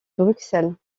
bruxelles